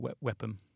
weapon